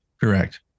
Correct